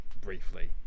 briefly